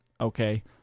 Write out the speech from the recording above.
okay